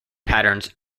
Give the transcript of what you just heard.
patterns